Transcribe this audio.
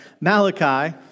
Malachi